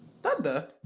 thunder